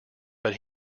but